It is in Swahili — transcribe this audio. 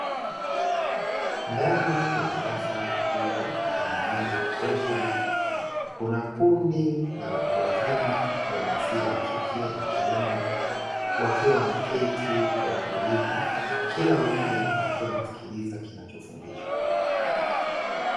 Ndani ya darasa kubwa lenye mwanga wa kutosha, kuna kundi la watu wazima wa jinsia ya kike na kiume wakiwa wameketi kwa utulivu; kila mmoja akiwa anasikiliza anachofundishwa.